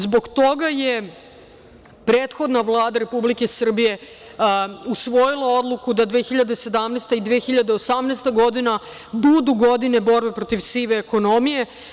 Zbog toga je prethodna Vlada Republike Srbije usvojila odluka da 2017. i 2018. godina budu godine borbe protiv sive ekonomije.